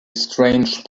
strange